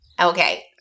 Okay